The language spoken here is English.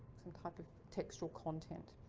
some type of textual content.